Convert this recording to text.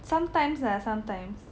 sometimes lah sometimes